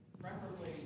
preferably